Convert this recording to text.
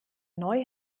neu